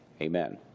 Amen